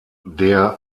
der